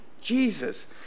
Jesus